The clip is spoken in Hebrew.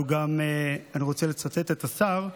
אני רוצה לצטט את השר: